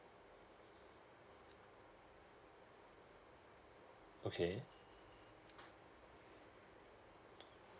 okay